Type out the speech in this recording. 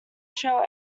shelled